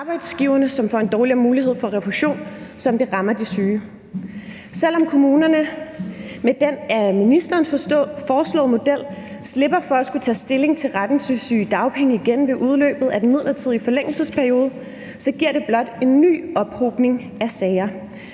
arbejdsgiverne, som får en dårligere mulighed for refusion, som det rammer de syge. Selv om kommunerne med den af ministeren foreslåede model slipper for at skulle tage stilling til retten til sygedagpenge igen ved udløbet af den midlertidige forlængelsesperiode, så giver det blot en ny ophobning af sager,